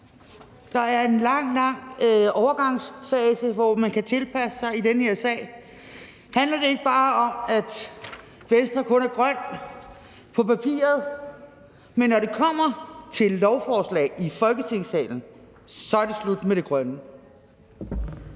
Der er en lang, lang overgangsfase, hvor man kan tilpasse sig i den her sag. Handler det ikke bare om, at Venstre kun er grønne på papiret, men når det kommer til lovforslag i Folketingssalen, er det slut med det grønne?